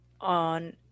on